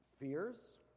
Fears